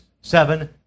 seven